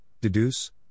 deduce